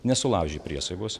nesulaužė priesaikos